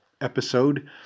episode